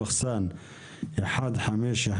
מ/1513,